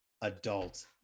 adult